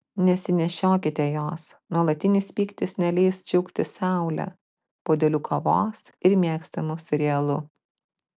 nesinešiokite jos nuolatinis pyktis neleis džiaugtis saule puodeliu kavos ir mėgstamu serialu